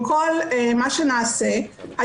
עם כל מה שנעשה,